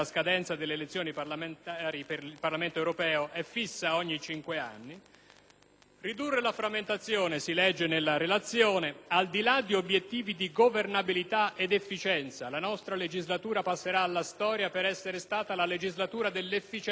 «Ridurre la frammentazione» - si legge nella relazione - «al di là di obiettivi di governabilità ed efficienza». La nostra legislatura passerà alla storia per essere stata la legislatura dell'efficienza, che è la peggior nemica dell'efficacia. L'altro giorno,